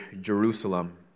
Jerusalem